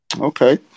okay